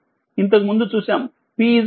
ఇంతకు ముందు చూసాము Pvi 8t మైక్రో వాట్